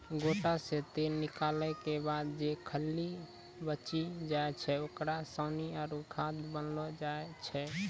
गोटा से तेल निकालो के बाद जे खल्ली बची जाय छै ओकरा सानी आरु खाद बनैलो जाय छै